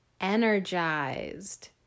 energized